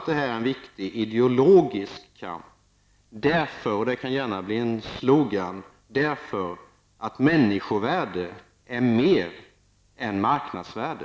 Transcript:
Det här är en viktig ideologisk kamp därför att -- och det kan gärna bli en slogan -- människovärde är mer än marknadsvärde.